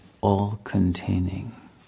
all-containing